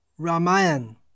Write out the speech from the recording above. Ramayan